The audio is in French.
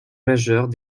majeurs